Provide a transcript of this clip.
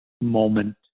moment